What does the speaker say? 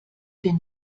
den